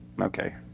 Okay